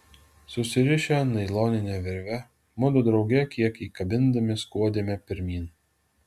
susirišę nailonine virve mudu drauge kiek įkabindami skuodėme pirmyn